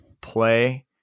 play